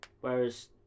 Whereas